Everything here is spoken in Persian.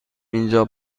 اینجا